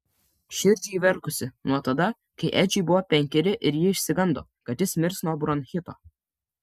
širdžiai verkusi nuo tada kai edžiui buvo penkeri ir ji išsigando kad jis mirs nuo bronchito